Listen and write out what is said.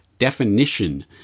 definition